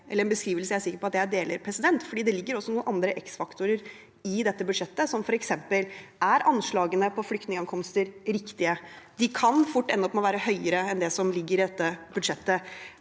jeg er sikker på at jeg deler, for det ligger også noen andre x-faktorer i dette budsjettet, som f.eks.: Er anslagene for flyktningankomster riktige? De kan fort ende opp med å være høyere enn det som ligger i dette budsjettet.